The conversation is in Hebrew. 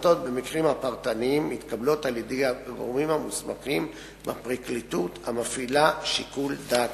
תביעות אלה מוגשות כחלק מאסטרטגיה של הפרקליטות לעשות